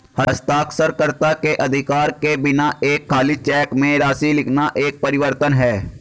हस्ताक्षरकर्ता के अधिकार के बिना एक खाली चेक में राशि लिखना एक परिवर्तन है